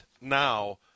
now